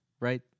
right